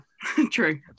true